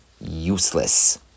useless